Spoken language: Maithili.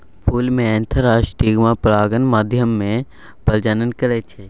फुल मे एन्थर आ स्टिगमा परागण माध्यमे प्रजनन करय छै